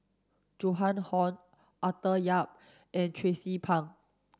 Joan Hon Arthur Yap and Tracie Pang